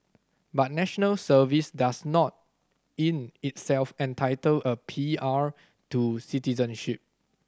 but National Service does not in itself entitle a P R to citizenship